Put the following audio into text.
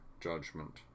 Judgment